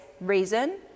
reason